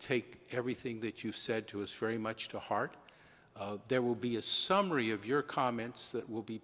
take everything that you've said to us very much to heart there will be a summary of your comments that will be